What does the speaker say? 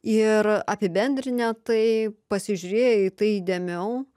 ir apibendrinę tai pasižiūrėję į tai įdėmiau